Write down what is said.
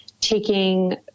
taking